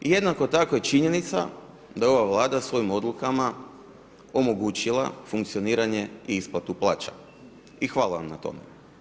Jednako tako je činjenica da ova Vlada svojim odlukama omogućila funkcioniranje i isplatu plaća i hvala vam na tome.